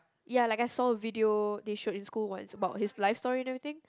ya like I saw a video they showed in school when is about his life story and everything